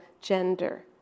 gender